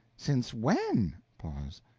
since when? pause.